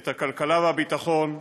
את הכלכלה והביטחון.